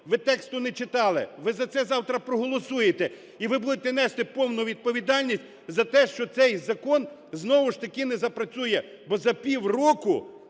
Ви тексту не читали. Ви за це завтра проголосуєте і ви будете нести повну відповідальність за те, що цей закон знову ж таки не запрацює, бо за півроку